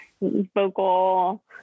vocal